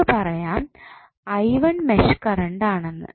നമുക്ക് പറയാം mesh current ആണെന്ന്